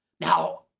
Now